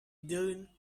dune